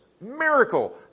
Miracle